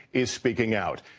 is speaking out.